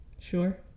sure